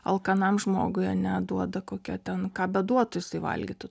alkanam žmogui ane duoda kokią ten ką beduotų jisai valgytų